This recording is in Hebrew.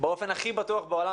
באופן הכי בטוח בעולם